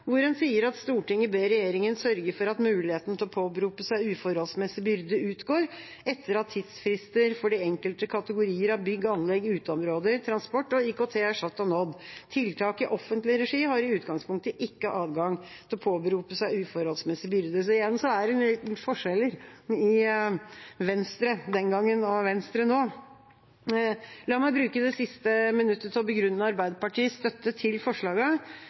hvor en sier at «Stortinget ber Regjeringen sørge for at muligheten til å påberope seg uforholdsmessig byrde utgår etter at tidsfrister for de enkelte kategorier av bygg og anlegg, uteområder, transport og IKT er satt og nådd. Tiltak i offentlig regi har i utgangspunktet ikke adgang til å påberope seg uforholdsmessig byrde.» Så igjen er det forskjeller fra Venstre den gangen og Venstre nå. La meg bruke det siste minuttet til å begrunne Arbeiderpartiets støtte til